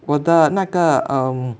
我的那个 um